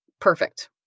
Perfect